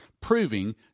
proving